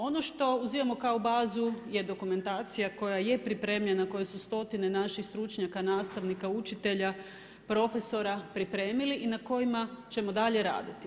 Ono što uzimamo kao bazu je dokumentacija koja je pripremljena, koje su stotine naših stručnjaka, nastavnika, učitelja, profesora pripremili i na kojima ćemo dalje raditi.